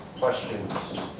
questions